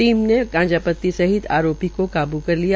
team ने गांजा पत्ती सहित आरोपी को काबू कर लिया